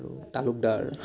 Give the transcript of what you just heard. আৰু তালুকদাৰ